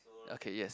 okay yes